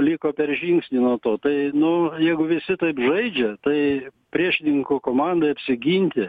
liko per žingsnį nuo to tai nu jeigu visi taip žaidžia tai priešininkų komandai apsiginti